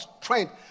strength